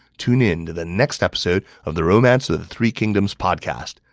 tune in to the next episode of the romance of the three kingdoms podcast.